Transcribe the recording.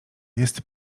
jest